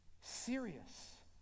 serious